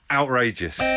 outrageous